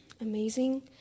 amazing